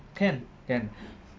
can can